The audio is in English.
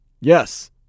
Yes